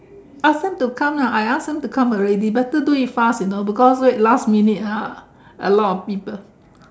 ask them to come lah I ask them to come already better do it fast you know because wait last minute ah a lot of people